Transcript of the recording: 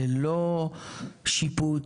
ללא שיפוט,